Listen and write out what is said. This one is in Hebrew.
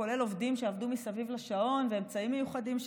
כולל עובדים שעבדו מסביב לשעון ואמצעים מיוחדים.